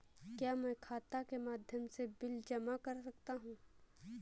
क्या मैं खाता के माध्यम से बिल जमा कर सकता हूँ?